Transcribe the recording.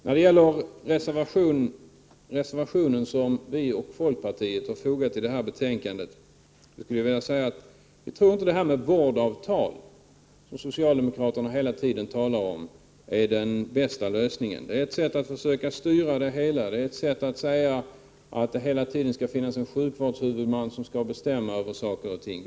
Med anledning av den reservation som vi och folkpartiet har fogat till betänkandet skulle jag vilja säga att vi inte tror att vårdavtal, som socialdemokraterna hela tiden talar om, är den bästa lösningen. Det är ett sätt att försöka styra det hela, ett sätt att säga att det hela tiden skall finnas en sjukvårdshuvudman som skall bestämma över saker och ting.